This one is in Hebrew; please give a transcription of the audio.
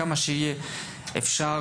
כמה שיהיה אפשר,